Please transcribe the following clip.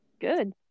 good